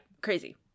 crazy